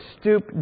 stoop